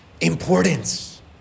importance